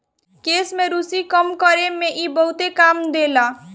केश में रुसी कम करे में इ बहुते काम देला